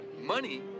Money